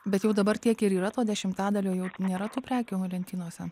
bet jau dabar tiek ir yra to dešimtadalio jau nėra tų prekių lentynose